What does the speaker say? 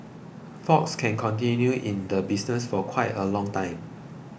fox can continue in the business for quite a long time